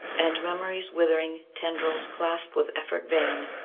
and memory's withering tendrils clasp with effort vain?